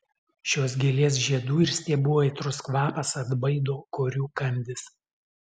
šios gėlės žiedų ir stiebų aitrus kvapas atbaido korių kandis